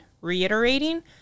reiterating